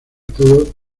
todo